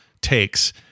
takes